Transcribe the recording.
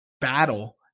battle